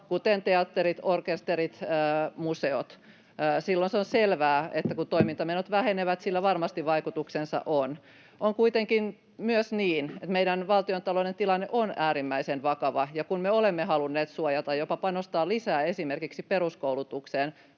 kuten teatterit, orkesterit, museot. Silloin se on selvää, että kun toimintamenot vähenevät, sillä varmasti vaikutuksensa on. On kuitenkin myös niin, että meidän valtiontalouden tilanne on äärimmäisen vakava, ja kun me olemme halunneet suojata ja jopa panostaa lisää esimerkiksi peruskoulutukseen